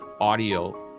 audio